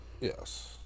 Yes